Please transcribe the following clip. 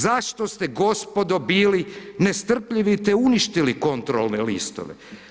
Zašto ste gospodo bili nestrpljivi, te uništili kontrolne listove?